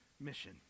mission